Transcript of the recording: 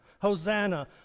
Hosanna